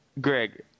Greg